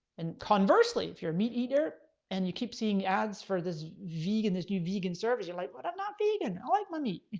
and conversely, if you're a meat eater and you keep seeing ads for this vegan, this new vegan servers, you're like but i'm not vegan, i like my meat, you